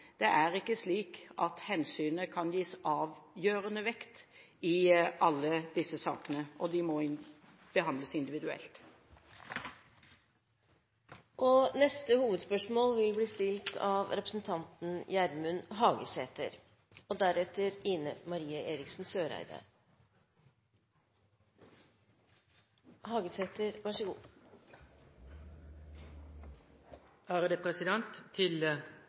det er ikke slik at hensynet kan gis avgjørende vekt i alle disse sakene, og de må behandles individuelt. Vi går til neste hovedspørsmål. Til forsvarsministeren: På måndag blei Afghanistan-undersøkinga lagt fram, og